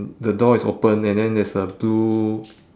the door is open and then there's a blue